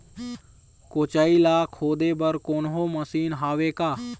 कोचई ला खोदे बर कोन्हो मशीन हावे का?